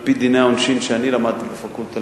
על-פי דיני העונשין שאני למדתי בפקולטה